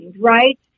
right